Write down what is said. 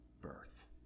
birth